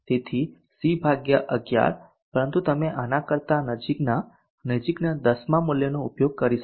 તેથી C11 પરંતુ તમે આના કરતા નજીકના નજીકના 10 મા મૂલ્યનો ઉપયોગ કરી શકો છો